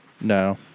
no